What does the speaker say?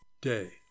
day